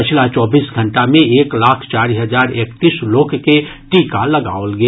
पछिला चौबीस घंटा मे एक लाख चारि हजार एकतीस लोक के टीका लगाओल गेल